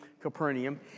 Capernaum